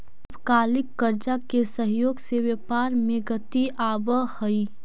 अल्पकालिक कर्जा के सहयोग से व्यापार में गति आवऽ हई